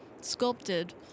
sculpted